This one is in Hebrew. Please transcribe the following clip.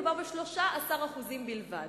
מדובר ב-13% בלבד.